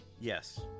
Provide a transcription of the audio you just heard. Yes